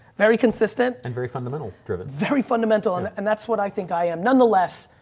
very consistent, and very fundamental driven, very fundamental. and and that's what i think i am. nonetheless,